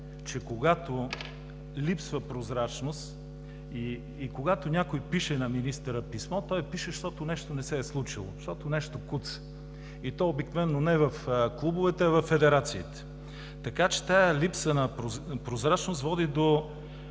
че, когато липсва прозрачност и когато някой пише на министъра писмо – той пише, защото нещо не се е случило, защото нещо куца, и то обикновено не в клубовете, а във федерациите. Така че тази липса на прозрачност води до